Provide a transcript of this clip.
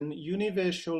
universal